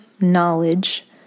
knowledge